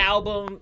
Album